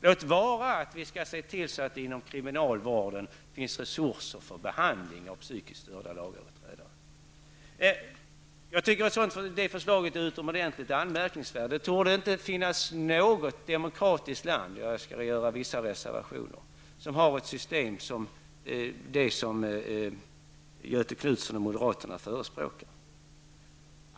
Låt vara att vi skall se till att det inom kriminalvården finns resurser för behandling av psykiskt störda lagöverträdare. Jag tycker att det förslaget är utomordentligt anmärkningsvärt. Det torde inte finnas något demokratiskt land -- jag skall göra vissa reservationer -- som har ett sådant system som det Göthe Knutson och moderaterna vill införa.